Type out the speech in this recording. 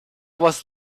was